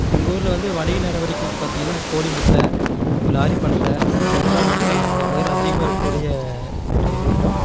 எங்கள் ஊரில் வந்து வணிக நடவடிக்கைகளுக்கு பார்த்தீங்கன்னா கோழி முட்டை அப்புறம் லாரி பட்டற இதலாம் வந்து எங்கள் பகுதியில் அதிகமாக இருக்கூடிய ஒரு இடம்